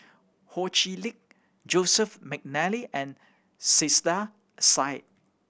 Ho Chee Lick Joseph McNally and Saiedah Said